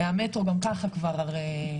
המטרו גם ככה הוחרג.